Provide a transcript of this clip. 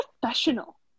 professional